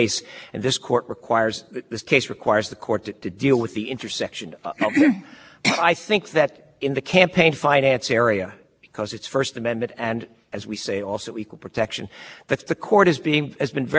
i think that in the campaign finance area because it's first amendment and as we say also equal protection that the court is being as been very solicitous of the right to make any contributions at all and so as the court s